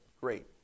great